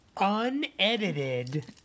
Unedited